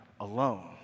alone